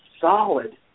Solid